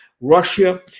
Russia